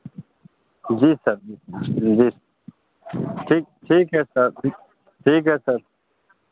जी sir जी जी ठीक ठीक है सर ठीक है सर